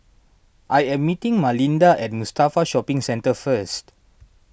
I am meeting Malinda at Mustafa Shopping Centre first